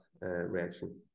reaction